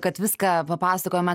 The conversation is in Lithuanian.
kad viską papasakojome